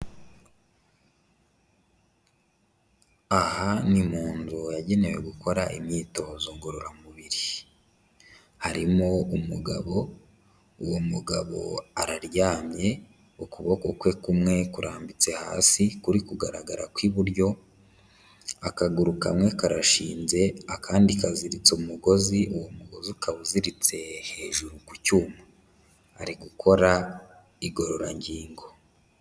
Aha ni mu nzu yagenewe gukora imyitozo ngororamubiri, harimo umugabo, uwo mugabo araryamye ukuboko kwe kumwe kurambitse hasi kuri kugaragara kw'iburyo, akaguru kamwe karashinze, akandi kaziritse umugozi, uwo mugozi ukaba uziritse hejuru ku cyuma. Ari gukora igorora ngingo.